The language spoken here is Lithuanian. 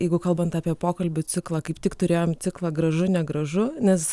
jeigu kalbant apie pokalbių ciklą kaip tik turėjom ciklą gražu negražu nes